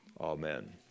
amen